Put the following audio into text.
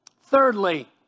Thirdly